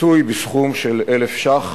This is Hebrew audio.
לפיצוי בסכום של 1,000 שקלים,